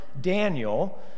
Daniel